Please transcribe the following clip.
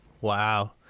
Wow